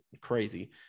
crazy